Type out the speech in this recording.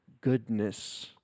goodness